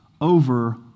over